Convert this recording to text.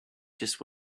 just